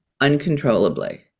uncontrollably